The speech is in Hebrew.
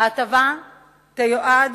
ההטבה תיועד